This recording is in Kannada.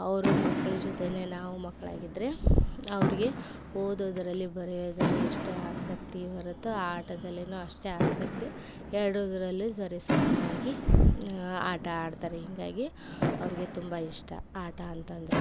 ಅವರು ಮಕ್ಳ ಜೊತೆಯೆ ನಾವು ಮಕ್ಕಳಾಗಿದ್ರೆ ಅವ್ರಿಗೆ ಓದೋದರಲ್ಲಿ ಬರೆಯೋದರಲ್ಲಿ ಎಷ್ಟು ಆಸಕ್ತಿ ಬರುತ್ತೋ ಆಟದಲ್ಲಿಯೂ ಅಷ್ಟೇ ಆಸಕ್ತಿ ಎರಡೂದ್ರಲ್ಲಿ ಸರಿ ಸಮಾನವಾಗಿ ಆಟ ಆಡ್ತಾರೆ ಹೀಗಾಗಿ ಅವ್ರಿಗೆ ತುಂಬ ಇಷ್ಟ ಆಟ ಅಂತಂದರೆ